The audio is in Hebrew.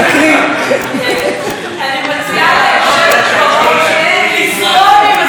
אני מציעה ליושבת בראש לזרום עם השר שטייניץ,